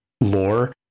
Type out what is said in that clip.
lore